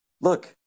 Look